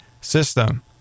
system